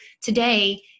today